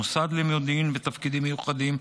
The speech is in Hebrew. המוסד למודיעין ותפקידים מיוחדים,